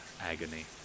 agony